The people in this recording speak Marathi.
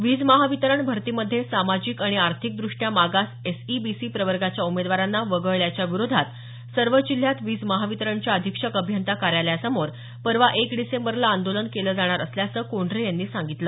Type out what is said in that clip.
वीज महावितरण भरतीमध्ये सामाजिक आणि आर्थिक दृष्ट्या मागास एसईबीसी प्रवर्गाच्या उमेदवारांना वगळल्याच्या विरोधात सर्व जिल्ह्यात वीज महावितरणच्या अधीक्षक अभियंता कार्यालयासमोर परवा एक डिसेंबरला आंदोलन केलं जाणार असल्याचं कोंढरे यांनी सांगितलं